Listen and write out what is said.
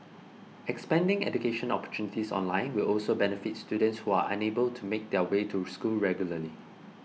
expanding education opportunities online will also benefit students who are unable to make their way to school regularly